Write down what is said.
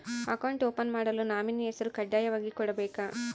Account open ಮಾಡಲು nominee ಹೆಸರು ಕಡ್ಡಾಯವಾಗಿ ಕೊಡಬೇಕಾ?